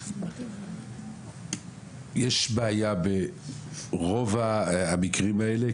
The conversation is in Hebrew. יש בעיה ברוב המקרים האלה,